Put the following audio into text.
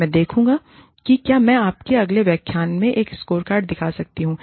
मैं देखूँगा कि क्या मैं आपको अगले व्याख्यान में एक स्कोरकार्ड दिखा सकता हूं